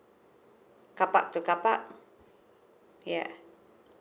carpark to carpark yeah